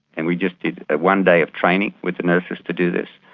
and we just did one day of training with the nurses to do this,